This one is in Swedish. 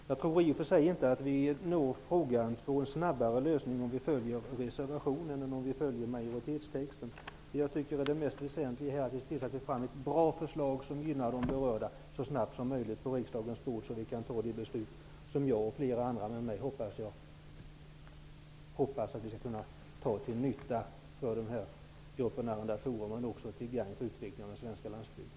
Jag tror i och för sig inte att frågan når sin lösning snabbare om vi följer reservationen än om vi följer majoritetstexten. Det mest väsentliga är att ett bra förslag, som gynnar de berörda, så fort som möjligt läggs på riksdagens bord så att vi kan fatta det beslut som jag och flera med mig hoppas att vi skall kunna fatta, till nytta för dessa arrendatorer och till gagn för utvecklingen av den svenska landsbygden.